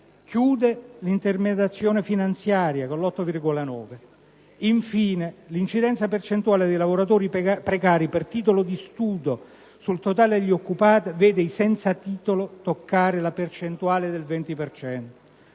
Chiude l'intermediazione finanziaria, con l'8,9 per cento. Infine, l'incidenza percentuale dei lavoratori precari per titolo di studio sul totale degli occupati vede i senza titolo toccare la percentuale del 20